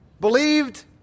Believed